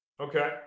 Okay